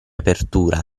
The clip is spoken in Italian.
apertura